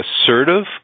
assertive